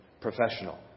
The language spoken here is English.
professional